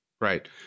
Right